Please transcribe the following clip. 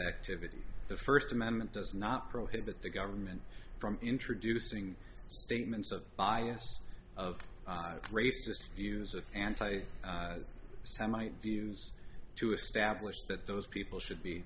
activity the first amendment does not prohibit the government from introducing statements of bias of racist views of anti semite views to establish that those people should be